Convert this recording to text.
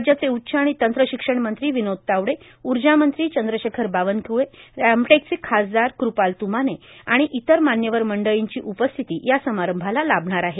राज्याचे उच्च आणि तंत्रशिक्षण मंत्री विनोद तावडे ऊर्जामंत्री चंद्रशेखर बावनकुळे रामटेकचे खासदार कृपाल तुमाने आणि इतर मान्यवर मंडळींची उपस्थिती या समारंभाला लाभणार आहे